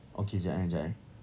okay jap eh jap eh